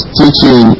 teaching